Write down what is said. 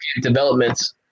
developments